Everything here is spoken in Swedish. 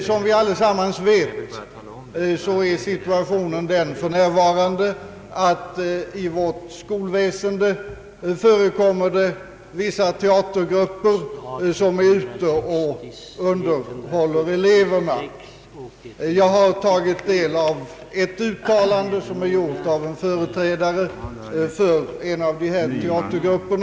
Som vi alla vet är situationen för närvarande sådan i vårt skolväsende att vissa teatergrupper är ute och underhåller eleverna. Jag har tagit del av ett uttalande som gjorts av en företrädare för en av dessa teatergrupper.